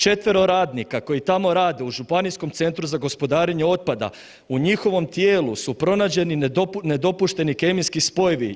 Četvero radnika koji tamo rade u Županijskom centru za gospodarenje otpada u njihovom tijelu su pronađeni nedopušteni kemijski spojevi.